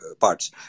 parts